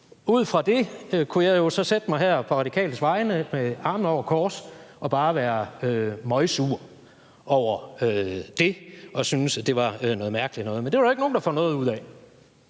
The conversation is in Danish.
Ud fra det kunne jeg jo så sætte mig her på Radikales vegne med armene over kors og bare være møgsur over det og synes, at det var noget mærkeligt noget. Men det er der jo ikke nogen, der får noget ud af,